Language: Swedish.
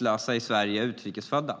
dessa i Sverige utrikesfödda.